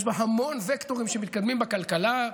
יש בה המון וקטורים שמתקדמים בכלכלה,